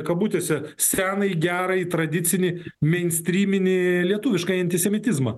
kabutėse senąjį gerąjį tradicinį meinstryminį lietuviškąjį antisemitizmą